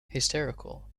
hysterical